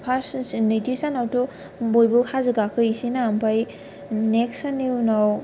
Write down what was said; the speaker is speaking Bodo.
खाफासिन नैथि सानावथ' बयबो हाजो गाखो हैसै ना आमफ्राय नेक्सट साननि उनाव बिदिनो